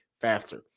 faster